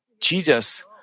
Jesus